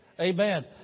Amen